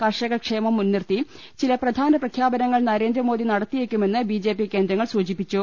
കർഷക ക്ഷേമം മുൻനിർത്തി ചില പ്രധാന പ്രഖ്യാപനങ്ങൾ നരേന്ദ്രമോദി നട ത്തിയേക്കുമെന്ന് ബിജെപി കേന്ദ്രങ്ങൾ സൂചിപ്പിച്ചു